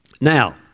Now